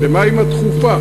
ומה עם הדחופה,